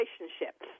relationships